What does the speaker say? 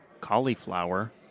cauliflower